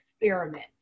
Experiment